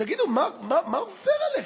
תגידו, מה עובר עליכם?